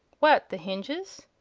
what, the hinges?